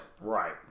Right